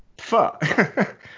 Fuck